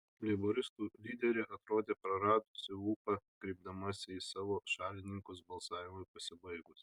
leiboristų lyderė atrodė praradusį ūpą kreipdamasi į savo šalininkus balsavimui pasibaigus